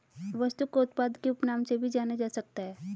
वस्तु को उत्पाद के उपनाम से भी जाना जा सकता है